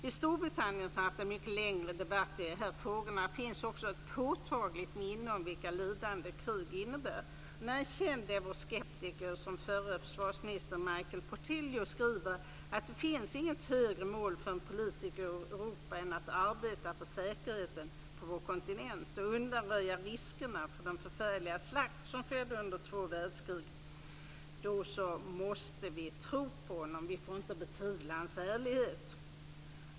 I Storbritannien, som har haft en mycket längre debatt i de här frågorna, finns ett påtagligt minne av vilka lidanden krig innebär. När en känd Europaskeptiker som förre försvarsministern Michael Portillo skriver att det inte finns något högre mål för en politiker i Europa än att arbeta för säkerheten på vår kontinent och undanröja riskerna för en sådan förfärlig slakt som skedde under två världskrig, måste vi tro på honom. Vi får inte betvivla hans ärlighet.